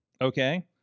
okay